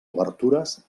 obertures